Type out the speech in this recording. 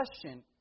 question